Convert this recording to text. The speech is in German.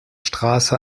straße